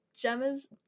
Gemma's